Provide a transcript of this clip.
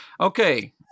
okay